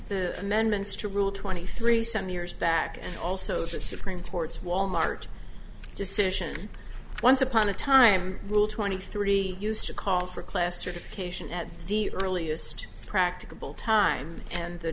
the amendments to rule twenty three some years back and also the supreme court's walmart decision once upon a time rule twenty three used to call for class certification at the earliest practicable time and